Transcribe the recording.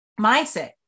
Mindset